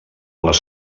les